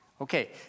Okay